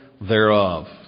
thereof